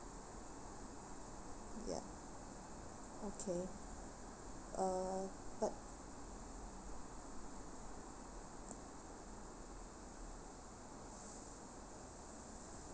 ya okay uh but